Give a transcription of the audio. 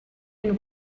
been